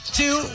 two